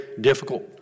difficult